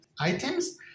items